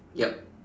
yup